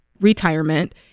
retirement